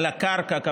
על הקרקע,